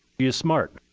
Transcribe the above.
is smart,